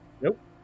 Nope